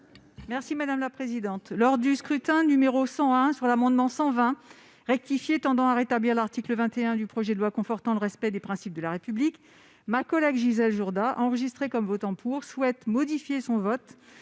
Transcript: Mme Angèle Préville. Lors du scrutin n° 101 sur l'amendement n° 120 rectifié tendant à rétablir l'article 21 du projet de loi confortant le respect des principes de la République, ma collègue Gisèle Jourda a été enregistrée comme votant pour, alors qu'elle ne